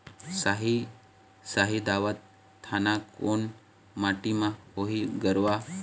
साही शाही दावत धान कोन माटी म होही गरवा?